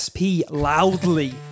loudly